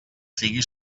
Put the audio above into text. sigui